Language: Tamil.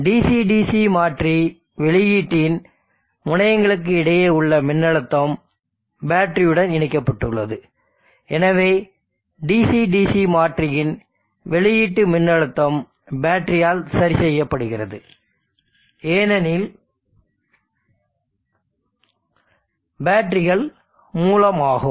DC DC மாற்றி வெளியீட்டின் முனையங்களுக்கு இடையே உள்ள மின்னழுத்தம் பேட்டரியுடன் இணைக்கப்பட்டுள்ளது எனவே DC DC மாற்றியின் வெளியிட்டு மின்னழுத்தம் பேட்டரியால் சரி செய்யப்படுகிறது ஏனெனில் பேட்டரிகள் மூலமாகும்